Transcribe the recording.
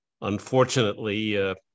Unfortunately